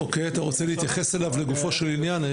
אוקיי, אתה רוצה להתייחס אליו לגופו של עניין?